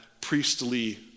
priestly